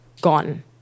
gone